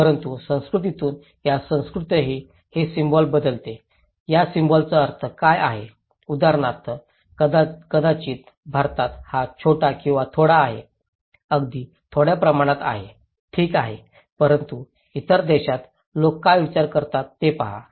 परंतु संस्कृतीतून या संस्कृतीतही हे सिम्बॉल बदलते या सिम्बॉलचा अर्थ काय आहे उदाहरणार्थ कदाचित भारतात हा छोटा किंवा थोडा आहे अगदी थोड्या प्रमाणात आहे ठीक आहे परंतु इतर देशातील लोक काय विचार करतात ते पहा